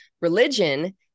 religion